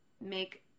make